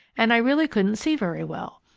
and i really couldn't see very well.